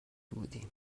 بودیم